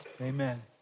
Amen